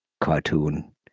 cartoon